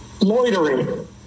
Loitering